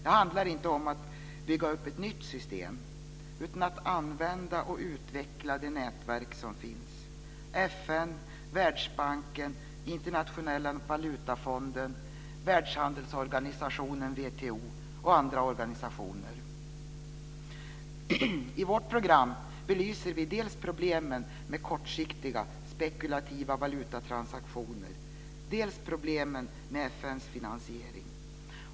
Det handlar inte om att bygga upp ett nytt system utan att använda och utveckla det nätverk som finns: FN, Världsbanken, Internationella valutafonden, Världshandelsorganisationen, WTO, och andra organisationer. I vårt program belyser vi dels problemen med kortsiktiga spekulativa valutatransaktioner, dels problemen med FN:s finansiering.